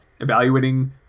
evaluating